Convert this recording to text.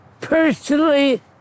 Personally